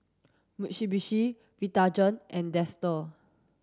Mitsubishi Vitagen and Dester